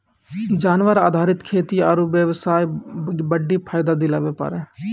जानवर आधारित खेती आरू बेबसाय बड्डी फायदा दिलाबै पारै